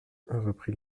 reprit